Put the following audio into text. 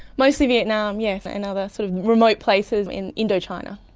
mostly vietnam, yes, and other sort of remote places in indochina.